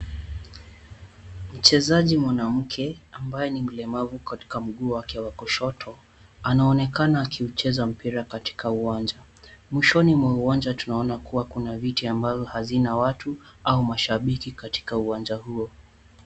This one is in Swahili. Mchezaji mwanamke ambaye ni mlemavu katika mguu wake wa kushoto anaonekana akiucheza mpira katika uwanja. Mwishoni mwa uwanja tunaona kuna viti ambavyo havina watu au mashabiki katika uwanja huo.